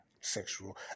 sexual